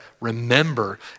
remember